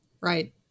Right